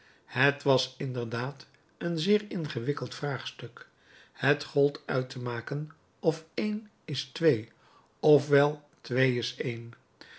het was inderdaad een zeer ingewikkeld vraagstuk het gold uit te maken of of wel is